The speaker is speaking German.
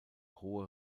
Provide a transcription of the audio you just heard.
hohe